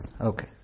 Okay